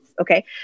Okay